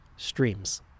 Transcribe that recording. streams